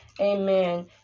amen